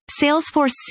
Salesforce